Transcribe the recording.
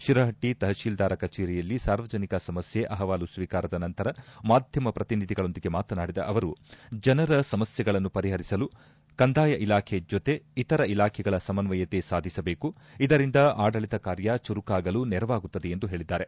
ಶಿರಪಟ್ಟಿ ತಪತೀಲ್ದಾರ ಕಚೇರಿಯಲ್ಲಿ ಸಾರ್ವಜನಿಕ ಸಮಸ್ಥೆ ಅಹವಾಲು ಸ್ವೀಕಾರದ ನಂತರ ಮಾಧ್ಯಮ ಪ್ರತಿನಿಧಿಗಳೊಂದಿಗೆ ಮಾತನಾಡಿದ ಅವರು ಜನರ ಸಮಸ್ಥೆಗಳನ್ನು ಪರಿಪರಿಸಲು ಕಂದಾಯ ಇಲಾಖೆ ಜೊತೆ ಇತರ ಇಲಾಖೆಗಳ ಸಮನ್ವಯತೆ ಸಾಧಿಸಬೇಕು ಇದರಿಂದ ಆಡಳಿತ ಕಾರ್ಯ ಚುರುಕಾಗಲು ನೆರವಾಗುತ್ತದೆ ಎಂದು ಹೇಳದ್ದಾರೆ